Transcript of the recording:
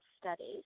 Studies